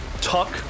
Tuck